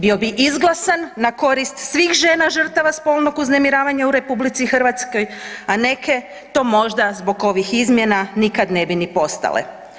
Bio bi izglasan na korist svih žena žrtava spolnog uznemiravanja u RH a neke to možda zbog ovih izmjena nikad ne bi ni postale.